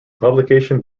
publication